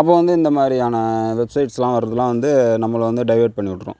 அப்போ வந்து இந்தமாதிரியான வெப்சைட்ஸ்லாம் வரதுலாம் வந்து நம்மளை வந்து டைவர்ட் பண்ணிவிட்ரும்